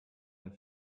ein